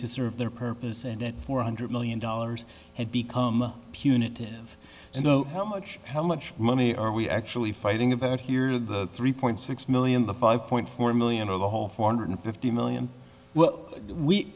to serve their purpose and that four hundred million dollars had become punitive you know how much how much money are we actually fighting about here the three point six million the five point four million or the whole four hundred fifty million well we